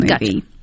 movie